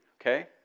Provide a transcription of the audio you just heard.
okay